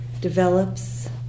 develops